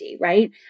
right